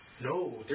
No